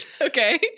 Okay